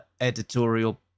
editorial